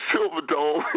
Silverdome